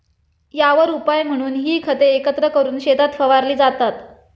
यावर उपाय म्हणून ही खते एकत्र करून शेतात फवारली जातात